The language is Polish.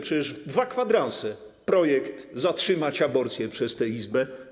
Przecież w dwa kwadranse projekt „Zatrzymać aborcję” przez tę Izbę.